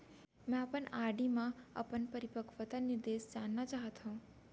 मै अपन आर.डी मा अपन परिपक्वता निर्देश जानना चाहात हव